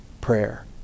prayer